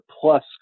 plus